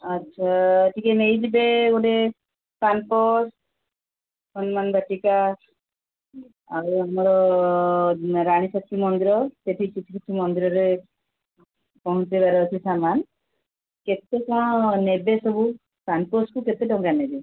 ଆଚ୍ଛା ଟିକେ ନେଇଯିବେ ଗୋଟେ ପାନ୍ପସ୍ ହନୁମାନ ବାଟିକା ଆଉ ଆମର ରାଣୀ ଶକ୍ତି ମନ୍ଦିର ସେଠି କିଛି କିଛି ମନ୍ଦିରରେ ପହଞ୍ଚେଇବାର ଅଛି ସାମାନ୍ କେତେ କ'ଣ ନେବେ ସବୁ ପାନ୍ପସ୍କୁ କେତେଟଙ୍କା ନେବେ